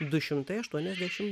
du šimtai aštuoniasdešimt